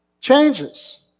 changes